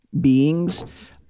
beings